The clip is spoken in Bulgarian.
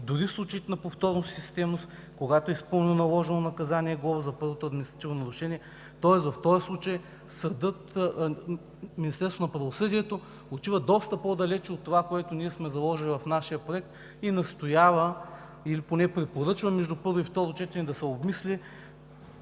дори в случаите на повторност и системност, когато е изпълнено наложено наказание „глоба“ за първото административно нарушение.“ Тоест в този случай Министерството на правосъдието отива доста по-далеч от това, което ние сме заложили в нашия проект и настоява, или поне препоръчва между първо и второ четене да се обмисли